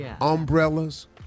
Umbrellas